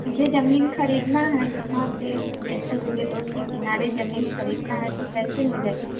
मुझे ज़मीन खरीदना है कहाँ पर जैसे मुझे रोड के किनारे ज़मीन खरीदना है तो कैसे मिलेगा